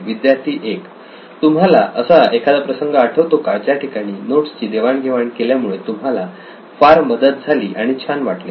विद्यार्थी 1 तुम्हाला असा एखादा प्रसंग आठवतो का ज्या ठिकाणी नोट्सची देवाण घेवाण केल्यामुळे तुम्हाला फार मदत झाली आणि छान वाटले